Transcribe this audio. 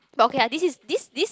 but okay lah this is this this